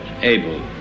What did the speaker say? able